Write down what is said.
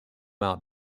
out